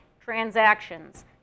transactions